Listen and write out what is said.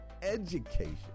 education